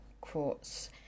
quartz